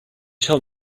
tell